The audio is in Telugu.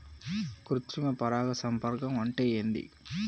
కృత్రిమ పరాగ సంపర్కం అంటే ఏంది?